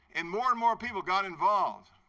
and more and more people got involved.